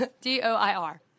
D-O-I-R